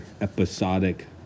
episodic